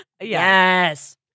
Yes